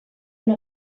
una